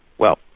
well,